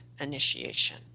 initiation